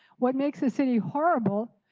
what makes the city horrible,